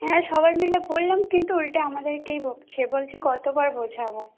হ্যাঁ সবাই মিলে বললাম কিন্তু উল্টে আমাদেরকেই বকছে বলছে কতবার বোঝাবো